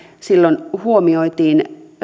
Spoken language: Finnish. silloin huomioitiin